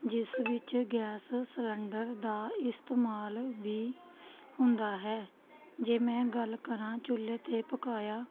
ਜਿਸ ਵਿੱਚ gas cylinder ਦਾ ਇਸਤੇਮਾਲ ਵੀ ਹੁੰਦਾ ਹੈ ਜੇ ਮੈਂ ਗੱਲ ਕਰਾਂ ਚੁੱਲ੍ਹੇ 'ਤੇ ਪਕਾਇਆ